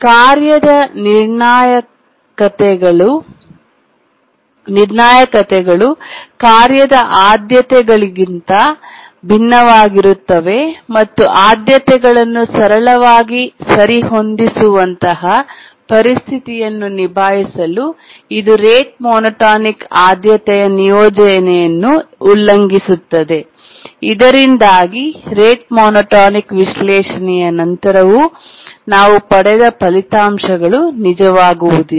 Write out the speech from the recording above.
ಕಾರ್ಯದ ನಿರ್ಣಾಯಕತೆಗಳು ಕಾರ್ಯದ ಆದ್ಯತೆಗಳಿಗಿಂತ ಭಿನ್ನವಾಗಿರುತ್ತವೆ ಮತ್ತು ಆದ್ಯತೆಗಳನ್ನು ಸರಳವಾಗಿ ಸರಿಹೊಂದಿಸುವಂತಹ ಪರಿಸ್ಥಿತಿಯನ್ನು ನಿಭಾಯಿಸಲು ಇದು ರೇಟ್ ಮೋನೋಟೋನಿಕ್ ಆದ್ಯತೆಯ ನಿಯೋಜನೆಯನ್ನು ಉಲ್ಲಂಘಿಸುತ್ತದೆ ಇದರಿಂದಾಗಿ ರೇಟ್ ಮೋನೋಟೋನಿಕ್ ವಿಶ್ಲೇಷಣೆಯ ನಂತರ ನಾವು ಪಡೆದ ಫಲಿತಾಂಶಗಳು ನಿಜವಾಗುವುದಿಲ್ಲ